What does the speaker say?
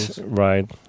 right